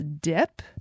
dip